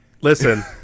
listen